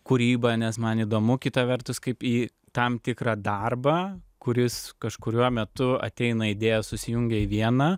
kūrybą nes man įdomu kita vertus kaip į tam tikrą darbą kuris kažkuriuo metu ateina idėja susijungia į vieną